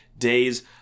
Days